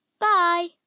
Bye